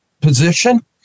position